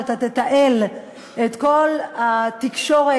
שאתה תתעל את כל התקשורת